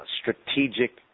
strategic